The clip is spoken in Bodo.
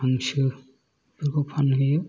हांसो बेफोरखौ फानहैयो